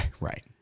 right